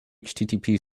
http